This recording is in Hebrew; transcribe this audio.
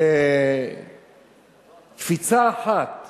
בקפיצה אחת